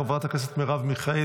חבר הכנסת ולדימיר בליאק,